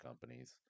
companies